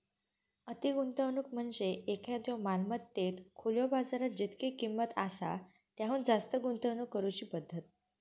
अति गुंतवणूक म्हणजे एखाद्यो मालमत्तेत खुल्यो बाजारात जितकी किंमत आसा त्याहुन जास्त गुंतवणूक करुची पद्धत